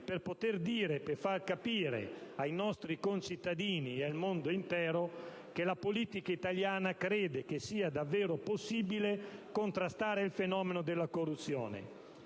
per poter dire e far capire ai nostri concittadini e al mondo intero che la politica italiana crede che sia davvero possibile contrastare il fenomeno della corruzione.